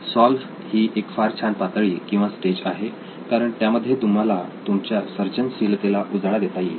solve ही एक फार छान पातळी किंवा स्टेज आहे कारण त्यामध्ये तुम्हाला तुमच्या सर्जनशीलतेला उजाळा देता येईल